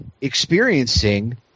experiencing